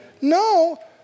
No